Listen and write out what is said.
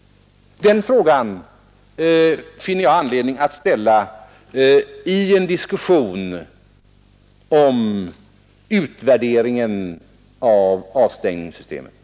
Jag finner anledning att ställa den frågan i en diskussion om utvärderingen av avstängningssystemet.